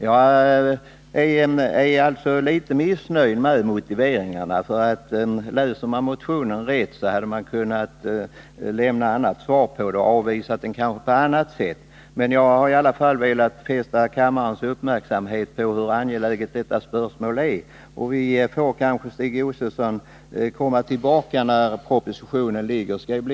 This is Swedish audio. Jag är alltså missnöjd med motiveringarna. Om man i utskottet hade läst motionen rätt, borde man ha kunnat lämna en annan motivering och avvisa den på ett annat sätt. Jag har i varje fall velat fästa kammarens uppmärksamhet på hur angeläget detta spörsmål är. Vi får kanske, Stig Josefson, komma tillbaka när propositionen ligger på riksdagens bord.